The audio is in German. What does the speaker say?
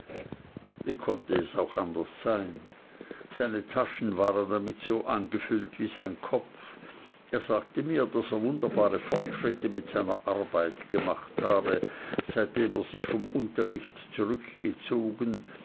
wie konnte es auch anders sein seine taschen waren damit so angefüllt wie sein kopf er sagte mir daß er wunderbare fortschritte mit seiner arbeit gemacht habe seitdem er sich vom unterricht zurückgezogen